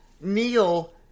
Neil